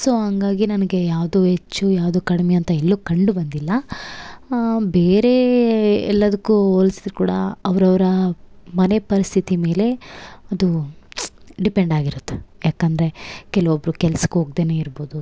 so ಹಂಗಾಗಿ ನನಗೆ ಯಾವುದು ಹೆಚ್ಚು ಯಾವುದು ಕಡಿಮೆ ಅಂತ ಎಲ್ಲು ಕಂಡು ಬಂದಿಲ್ಲ ಬೇರೇ ಎಲ್ಲದಕ್ಕೂ ಹೋಲ್ಸುದ್ರು ಕೂಡ ಅವ್ರವರ ಮನೆ ಪರಿಸ್ಥಿತಿ ಮೇಲೆ ಅದು ಡಿಪೆಂಡ್ ಆಗಿರುತ್ತೆ ಯಾಕಂದರೆ ಕೆಲ್ವೊಬ್ರು ಕೆಲ್ಸಕ್ಕೆ ಹೋಗ್ದೆನೆ ಇರ್ಬೋದು